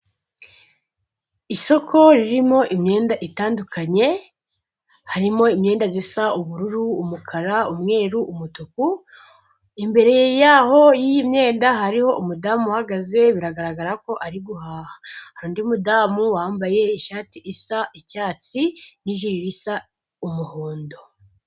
Isoko ririmo imyenda itandukanye harimo imyenda isa ubururu, umukara, umweru, umutuku, imbere yaho yimyenda hariho umudamu uhagaze biragaragara ko ari guhaha undi mudamu wambaye ishati isa icyatsi n'ijiri risa umuhondo.